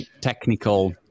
technical